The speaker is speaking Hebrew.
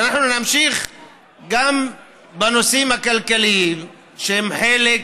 ואנחנו נמשיך גם בנושאים הכלכליים, שהם חלק